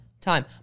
time